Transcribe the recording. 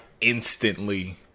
instantly